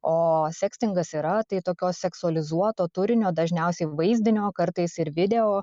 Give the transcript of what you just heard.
o sekstingas yra tai tokios seksuolizuoto turinio dažniausiai vaizdinio o kartais ir video